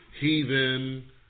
heathen